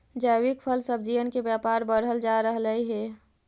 जैविक फल सब्जियन के व्यापार बढ़ल जा रहलई हे